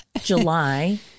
July